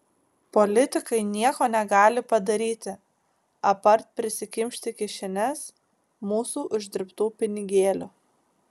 politikai nieko negali padaryti apart prisikimšti kišenes mūsų uždirbtų pinigėlių